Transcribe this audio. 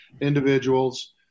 individuals